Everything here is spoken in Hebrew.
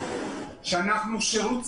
שאנחנו שירות ציבורי.